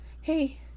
hey